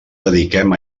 dediquem